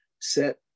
set